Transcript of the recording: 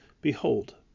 Behold